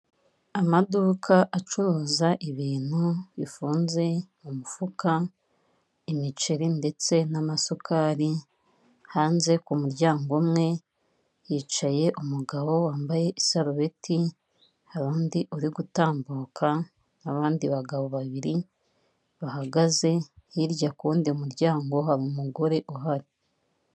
Amaduka acuruza ibintu bifunze mu mufuka, imiceri ndetse n'amasukari, hanze ku muryango umwe hicaye umugabo wambaye isarubeti, hari undi uri gutambuka, abandi bagabo babiri bahagaze, hirya ku wundi muryango hari umugore uhari.